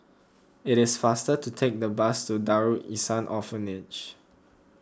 it is faster to take the bus to Darul Ihsan Orphanage